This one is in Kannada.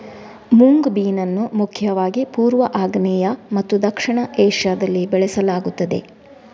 ಮುಂಗ್ ಬೀನ್ ಅನ್ನು ಮುಖ್ಯವಾಗಿ ಪೂರ್ವ, ಆಗ್ನೇಯ ಮತ್ತು ದಕ್ಷಿಣ ಏಷ್ಯಾದಲ್ಲಿ ಬೆಳೆಸಲಾಗುತ್ತದೆ